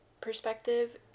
perspective